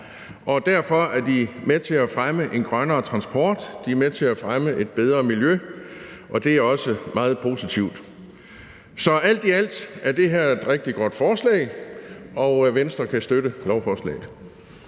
og derfor er de med til at fremme en grønnere transport, de er med til at fremme et bedre miljø, og det er også meget positivt. Så alt i alt er det her et rigtig godt forslag, og Venstre kan støtte lovforslaget.